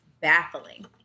baffling